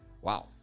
Wow